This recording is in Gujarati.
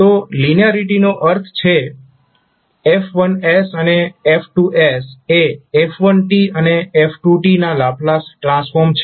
તો લિનિયારીટીનો અર્થ છે F1 અને F2 એ f1 અને f2 ના લાપ્લાસ ટ્રાન્સફોર્મ છે